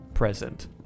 present